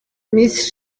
miss